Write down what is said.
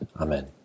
Amen